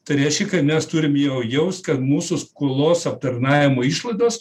tai reiškia kad mes turim jau jaus kad mūsų skolos aptarnavimo išlaidos